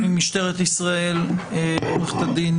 ממשטרת ישראל עורך הדין